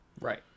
right